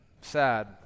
Sad